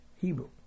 Hebrew